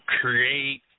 create –